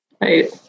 Right